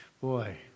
Boy